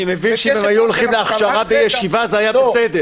אני מבין שאם הם היו הולכים להכשרה בישיבה זה היה בסדר.